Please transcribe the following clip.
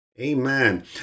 Amen